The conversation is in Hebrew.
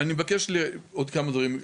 אני מבקש עוד כמה דברים,